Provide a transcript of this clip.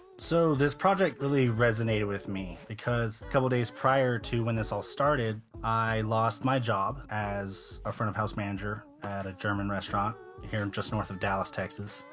so, this project really resonated with me because a couple days prior to when this all started, i lost my job as a front of house manager at a german restaurant here and just north of dallas, texas.